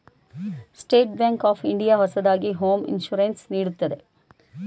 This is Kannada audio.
ಸ್ಟೇಟ್ ಬ್ಯಾಂಕ್ ಆಫ್ ಇಂಡಿಯಾ ಹೊಸದಾಗಿ ಹೋಂ ಇನ್ಸೂರೆನ್ಸ್ ನೀಡುತ್ತಿದೆ